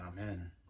amen